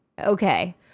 Okay